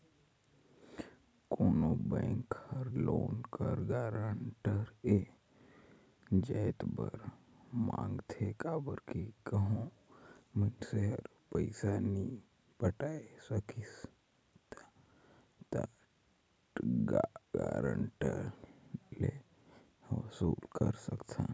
कोनो बेंक हर लोन कर गारंटर ए जाएत बर मांगथे काबर कि कहों मइनसे हर पइसा नी पटाए सकिस ता गारंटर ले वसूल कर सकन